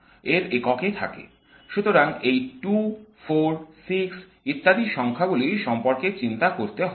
সুতরাং এই 2 4 6 ইত্যাদি সংখ্যাগুলি সম্পর্কে চিন্তা করতে হবে না